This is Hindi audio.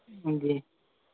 जी